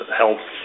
health